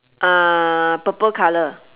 uh purple colour